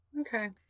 okay